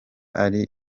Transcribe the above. ari